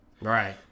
Right